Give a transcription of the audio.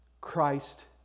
Christ